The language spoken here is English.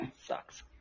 sucks